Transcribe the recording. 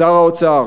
שר האוצר,